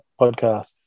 podcast